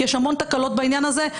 כי יש המון תקלות בעניין הזה.